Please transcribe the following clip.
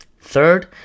third